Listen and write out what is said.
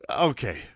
Okay